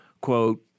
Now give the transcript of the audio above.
quote